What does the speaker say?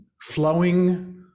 flowing